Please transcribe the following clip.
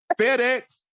FedEx